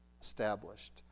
established